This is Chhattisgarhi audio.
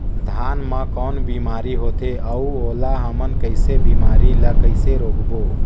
धान मा कौन बीमारी होथे अउ ओला हमन कइसे बीमारी ला कइसे रोकबो?